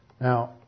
Now